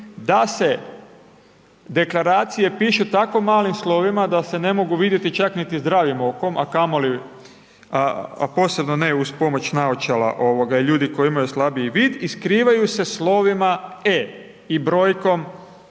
da se deklaracije pišu tako malim slovima da se ne mogu vidjeti čak niti zdravim okom a kamoli a posebno ne uz pomoć naočala i ljudi koji imaju slabiji vid i skrivaju se slovima E i brojkom